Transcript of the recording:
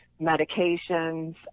medications